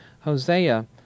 Hosea